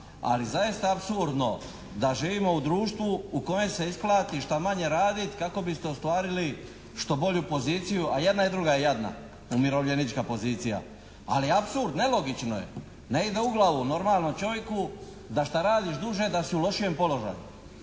ali zaista je apsurdno da živimo u društvu u kojem se isplati šta manje raditi kako biste ostvarili što bolju poziciju, a jedna i druga je jadna umirovljenička pozicija. Ali apsurd, nelogično je, ne ide u glavu normalnom čovjeku da šta radiš duže da si u lošijem položaju.